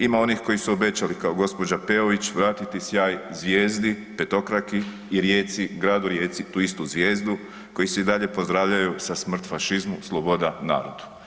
Ima onih koji su obećali kao gđa. Peović vratiti sjaj zvijezdi petokraki i Rijeci, gradu Rijeci tu istu zvijezdu koji se i dalje pozdravljaju sa „smrt fašizmu sloboda narodu“